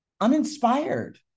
uninspired